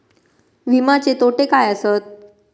विमाचे तोटे काय आसत?